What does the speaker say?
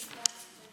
עמדה מהצד,